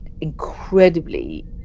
incredibly